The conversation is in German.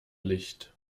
licht